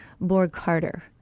Borg-Carter